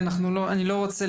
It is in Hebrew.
אני לא רוצה להאריך.